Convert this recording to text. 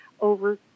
over